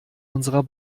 unserer